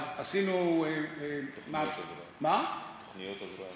אז עשינו, תוכניות הבראה.